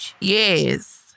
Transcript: yes